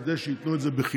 כדי שייתנו את זה בחינוך,